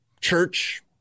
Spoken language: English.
church